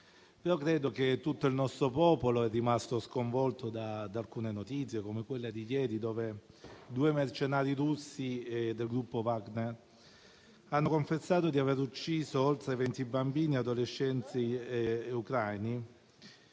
Credo che tutto il nostro popolo sia rimasto sconvolto da alcune notizie, come quella di ieri, sui due mercenari russi del gruppo Wagner, che hanno confessato di aver ucciso oltre 20 bambini e adolescenti ucraini.